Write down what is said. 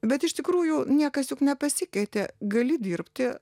bet iš tikrųjų niekas juk nepasikeitė gali dirbti